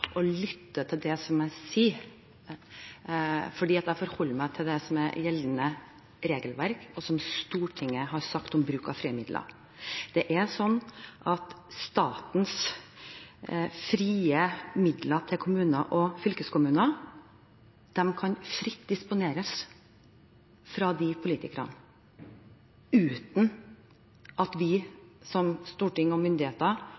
lytte til det jeg sier. Jeg forholder meg til det som er gjeldende regelverk, og som Stortinget har sagt om bruk av frie midler. Statens frie midler til kommuner og fylkeskommuner kan fritt disponeres av de politikerne uten at vi som storting og myndigheter